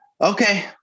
Okay